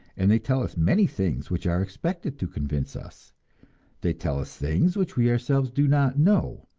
and they tell us many things which are expected to convince us they tell us things which we ourselves do not know,